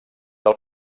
del